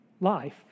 Life